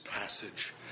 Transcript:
passage